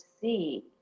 see